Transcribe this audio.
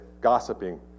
gossiping